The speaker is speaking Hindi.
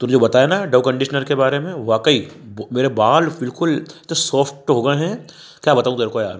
तो जो बताया ना डव कंडीशनर के बारे में वाकई मेरे बाल बिलकुल सॉफ्ट हो गए हैं क्या बताऊँ तेरे को यार मैं